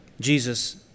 Jesus